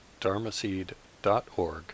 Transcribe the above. dharmaseed.org